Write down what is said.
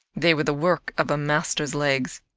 they were the work of a master's legs.